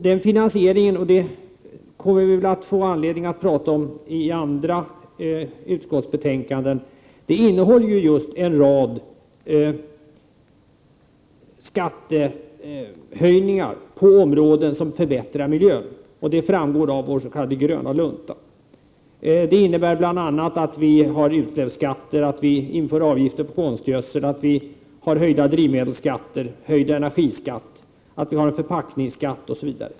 Den finansieringen — och det får vi anledning att tala om i samband med andra utskottsbetänkanden — innehåller en rad skattehöjningar på områden som skall leda till förbättrad miljö. Det framgår av vår s.k. gröna lunta. Det innebär bl.a. att vi föreslår utsläppsskatter, avgifter på konstgödsel, höjda drivmedelsskatter, höjd energiskatt, förpackningsskatt osv.